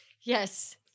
Yes